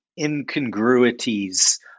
incongruities